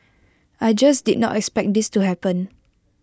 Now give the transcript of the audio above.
I just did not expect this to happen